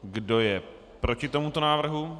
Kdo je proti tomuto návrhu?